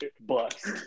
bust